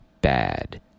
bad